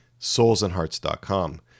soulsandhearts.com